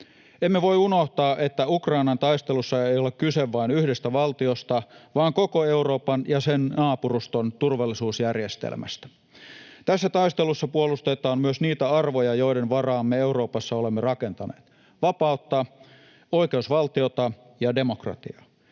Emme voi unohtaa, että Ukrainan taistelussa ei ole kyse vain yhdestä valtiosta, vaan koko Euroopan ja sen naapuruston turvallisuusjärjestelmästä. Tässä taistelussa puolustetaan myös niitä arvoja, joiden varaan me Euroopassa olemme rakentaneet: vapautta, oikeusvaltiota ja demokratiaa. Ukrainan